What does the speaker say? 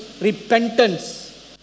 repentance